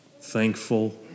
thankful